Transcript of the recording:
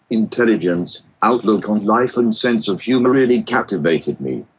intelligence, outlook on life and sense of humour really captivated me.